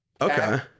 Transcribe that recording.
Okay